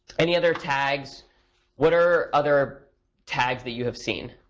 any other tags what are other tags that you've seen?